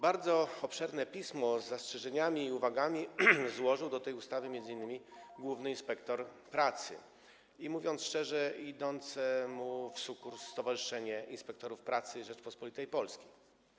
Bardzo obszerne pismo z zastrzeżeniami i uwagami do tej ustawy złożył m.in. główny inspektor pracy i mówiąc szczerze, idące mu w sukurs Stowarzyszenie Inspektorów Pracy Rzeczypospolitej Polskiej.